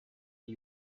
die